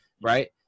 Right